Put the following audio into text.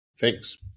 Thanks